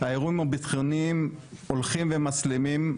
האירועים הביטחוניים הולכים ומסלימים.